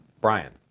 Brian